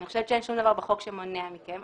אני חושבת שאין שום דבר בחוק שמונע מכם.